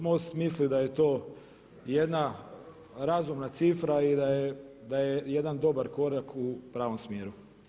MOST misli da je to jedna razumna cifra i da je jedan dobar korak u pravom smjeru.